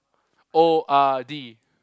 O_R_D